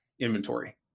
inventory